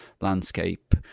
landscape